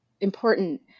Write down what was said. important